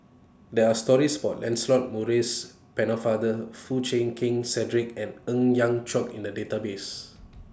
There Are stories about Lancelot Maurice Pennefather Foo Chee Keng Cedric and Ng Yat Chuan in The Database